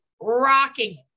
rocking